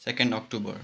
second October